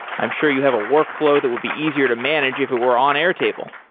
i'm sure you have a workflow that would be easier to manage if it were on air table.